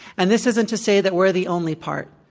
and this isn't to say that we're the only part.